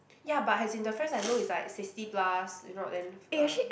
ya but as in the friends I know is like sixty plus if not then uh